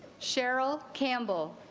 cheryl campbell